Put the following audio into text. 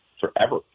forever